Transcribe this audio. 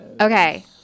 Okay